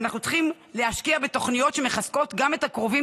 ואנחנו צריכים להשקיע בתוכניות שמחזקות גם את הקרובים